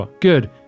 Good